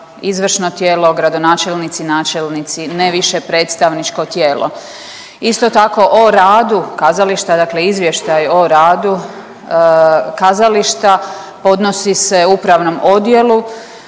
izvršno tijelo, gradonačelnici, načelnici ne više predstavničko tijelo. Isto tako o radu kazališta dakle izvještaj o radu kazališta podnosi se upravnom odjelu